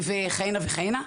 וכן הלאה.